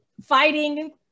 fighting